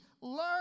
learn